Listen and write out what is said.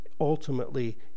Ultimately